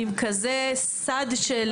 עם כזה סד של